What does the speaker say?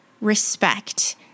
respect